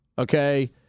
Okay